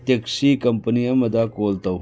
taxi company ꯑꯃꯗ call ꯇꯧ